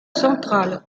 central